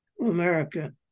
America